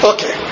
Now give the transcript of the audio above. Okay